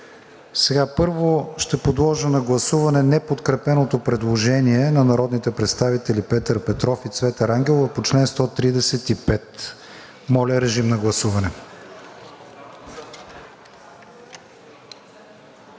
Първо, ще подложа на гласуване неподкрепеното предложение на народните представители Петър Петров и Цвета Рангелова по чл. 135. Гласували